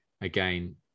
Again